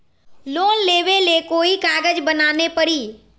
Loan लेबे ले कोई कागज बनाने परी?